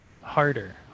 harder